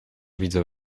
widzą